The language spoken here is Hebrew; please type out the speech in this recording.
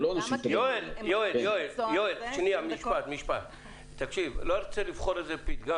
אני לא רוצה לבחור פתגם